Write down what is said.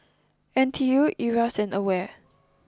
N T U Iras and Aware